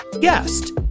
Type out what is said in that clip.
guest